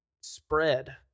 spread